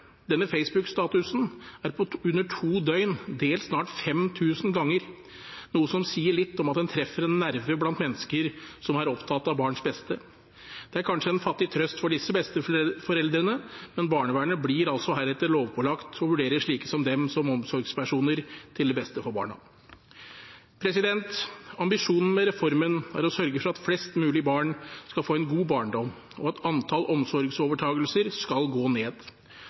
Denne Facebook-statusen er på under to døgn delt snart 5 000 ganger, noe som sier litt om at den treffer en nerve blant mennesker som er opptatt av barns beste. Det er kanskje en fattig trøst for disse besteforeldrene, men barnevernet blir altså heretter lovpålagt å vurdere slike som dem som omsorgspersoner – til det beste for barna. Ambisjonen med reformen er å sørge for at flest mulig barn skal få en god barndom, og at antall omsorgsovertakelser skal gå ned.